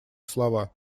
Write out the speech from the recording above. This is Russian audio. слова